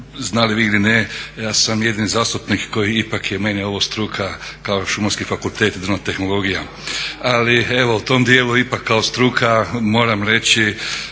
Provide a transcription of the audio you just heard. znali vi ili ne ja sam jedini zastupnik kojem ipak je meni ovo struka kao Šumarski fakultet – Drvna tehnologija. Ali evo u tom dijelu ipak kao struka moram reći